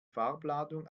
farbladung